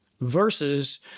versus